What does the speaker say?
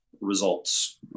results